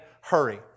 hurry